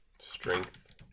Strength